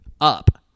up